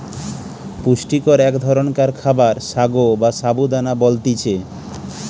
পুষ্টিকর এক ধরণকার খাবার সাগো বা সাবু দানা বলতিছে